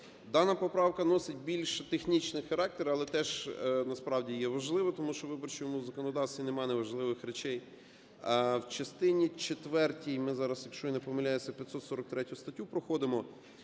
Дана поправка носить більш технічний характер, але теж насправді є важливою, тому що у Виборчому законодавстві нема неважливих речей. В частині четвертій - ми зараз, якщо я не помиляюсь, 543 статтю проходимо,